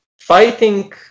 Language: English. Fighting